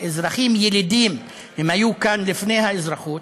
אזרחים ילידים, הם היו כאן לפני האזרחות.